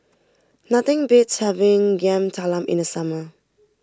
nothing beats having Yam Talam in the summer